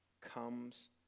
comes